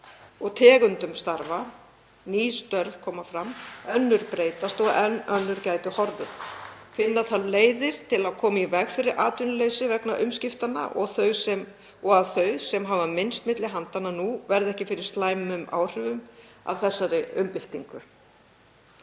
og tegundum starfa. Ný störf koma fram, önnur breytast og enn önnur gætu horfið. Finna þarf leiðir til að koma í veg fyrir atvinnuleysi vegna umskiptanna og að þau sem hafa minnst milli handanna nú verði ekki fyrir slæmum áhrifum af þessari umbyltingu.